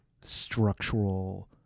structural